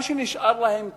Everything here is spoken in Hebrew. מה שנשאר להם מהכסף,